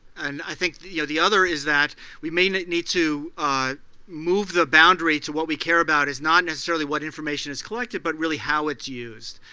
and i think the you know the other is that we may need to move the boundary to what we care about is not necessarily what information is collected, but really how it's used.